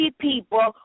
people